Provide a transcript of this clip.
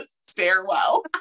stairwell